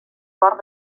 fort